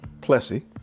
Plessy